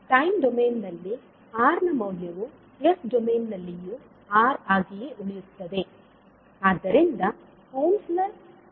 time ಡೊಮೇನ್ನಲ್ಲಿ R ನ ಮೌಲ್ಯವು ಎಸ್ ಡೊಮೇನ್ನಲ್ಲಿಯೂ R ಆಗಿಯೇ ಉಳಿಯುತ್ತದೆ